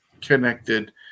connected